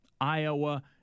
Iowa